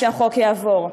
כשהחוק יעבור,